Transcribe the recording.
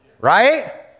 Right